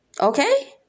Okay